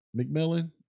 mcmillan